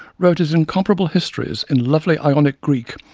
wrote his incomparable histories, in lovely ionic greek,